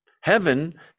Heaven